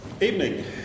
Evening